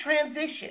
transition